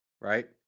Right